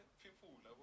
people